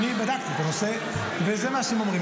אני בדקתי את הנושא וזה מה שהם אומרים.